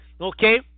okay